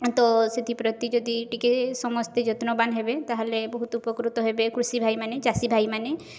ତ ସେଥିପ୍ରତି ଯଦି ଟିକେ ସମସ୍ତେ ଯତ୍ନବାନ ହେବେ ତା'ହେଲେ ବହୁତ ଉପକୃତ ହେବେ କୃଷି ଭାଇମାନେ ଚାଷୀ ଭାଇମାନେ